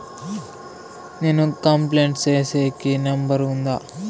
నేను కంప్లైంట్ సేసేకి నెంబర్ ఉందా?